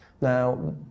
Now